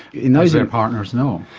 you know as their partners know.